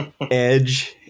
Edge